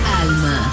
Alma